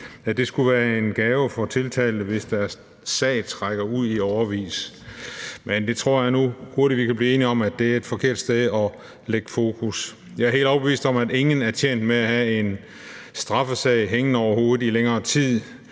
at det skulle være en gave for de tiltalte, hvis deres sag trækker ud i årevis. Men jeg tror nu, vi kan hurtigt blive enige om, at det er et forkert sted at placere fokus. Jeg er helt overbevist om, at ingen er tjent med at have en straffesag hængende over hovedet i længere tid